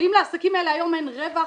אם לעסקים האלה היום אין רווח,